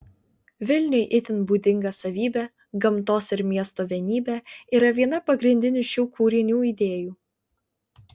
vilniui itin būdinga savybė gamtos ir miesto vienybė yra viena pagrindinių šių kūrinių idėjų